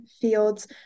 fields